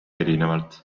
erinevalt